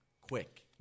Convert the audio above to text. Quick